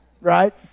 Right